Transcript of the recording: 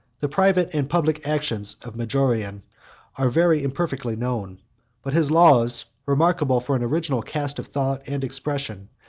the private and public actions of majorian are very imperfectly known but his laws, remarkable for an original cast of thought and expression,